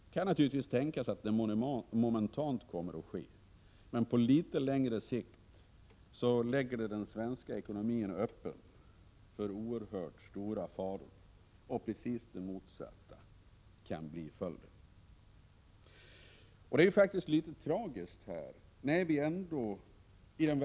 Det kan naturligtvis tänkas att det momentant kommer att ske, men på litet längre sikt lägger det den svenska ekonomin öppen för oerhört stora faror, och precis det motsatta kan bli följden.